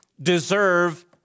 deserve